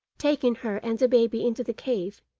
taking her and the baby into the cave,